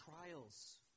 trials